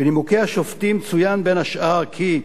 בנימוקי השופטים צוין, בין השאר, כי: